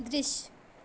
दृश्य